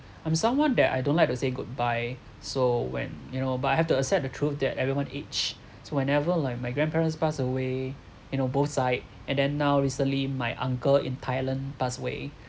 I'm someone that I don't like to say good bye so when you know but I have to accept the truth that everyone age so whenever like my grandparents passed away you know both side and then now recently my uncle in Thailand passed away